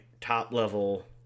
top-level